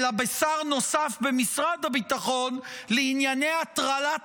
אלא בשר נוסף במשרד הביטחון לענייני הטרלת